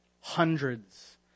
Hundreds